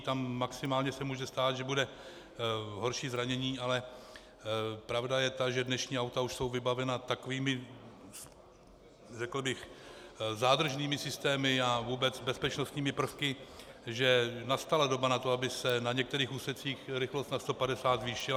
Tam maximálně se může stát, že bude horší zranění, ale pravda je ta, že dnešní auta už jsou vybavena takovými, řekl bych, zádržnými systémy a vůbec bezpečnostními prvky, že nastala doba na to, aby se na některých úsecích rychlost na 150 zvýšila.